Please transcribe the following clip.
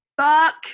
fuck